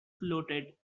floated